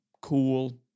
cool